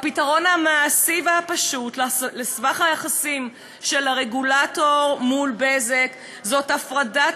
והפתרון המעשי והפשוט לסבך היחסים של הרגולטור מול "בזק" הוא הפרדה